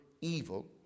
evil